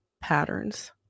patterns